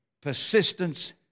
persistence